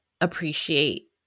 appreciate